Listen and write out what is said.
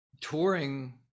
touring